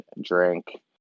drink